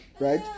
Right